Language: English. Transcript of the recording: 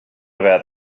about